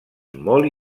molt